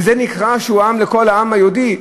וזה נקרא, לכל העם היהודי?